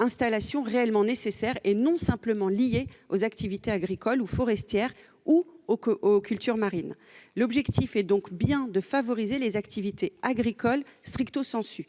installations réellement nécessaires, et non à celles qui sont simplement liées aux activités agricoles ou forestières ou aux cultures marines. L'objectif est donc bien de favoriser les activités agricoles. Je